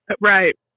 Right